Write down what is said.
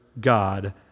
God